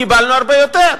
קיבלנו הרבה יותר.